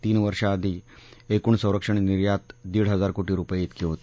तीन वर्षाआधी एकूण संरक्षण निर्यात दीड हजार कोशीरुपये इतकी होती